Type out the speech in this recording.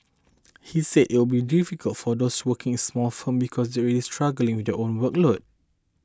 he said it would be difficult for those working small firms because they are struggling with their own workload